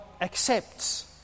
accepts